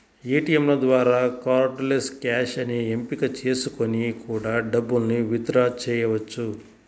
ఏటియంల ద్వారా cardless cash అనే ఎంపిక చేసుకొని కూడా డబ్బుల్ని విత్ డ్రా చెయ్యొచ్చు